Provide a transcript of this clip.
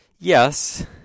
Yes